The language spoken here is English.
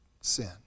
sin